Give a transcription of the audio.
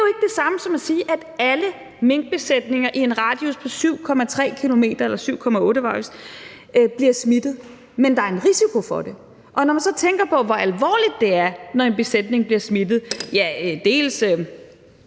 Det er jo ikke det samme som at sige, at alle minkbesætninger i en radius på 7,8 km bliver smittet, men der er en risiko for det. Og når man så tænker på, hvor alvorligt det er, når en besætning bliver smittet, er det